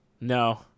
No